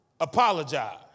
apologize